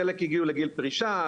חלק הגיעו לגיל פרישה,